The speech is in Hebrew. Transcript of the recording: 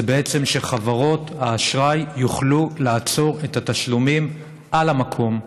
זה שחברות האשראי יוכלו לעצור את התשלומים על המקום.